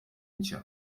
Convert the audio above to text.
nshya